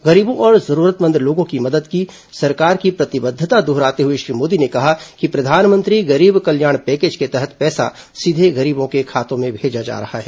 गरीबों और जरूरतमंद लोगों की मदद की सरकार की प्रतिबद्धता दोहराते हुए श्री मोदी ने कहा कि प्रधानमंत्री गरीब कल्याण पैकेज के तहत पैसा सीधे गरीबों के खातों में भेजा जा रहा है